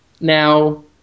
Now